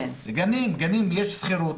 יש שכירות,